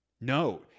No